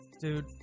Dude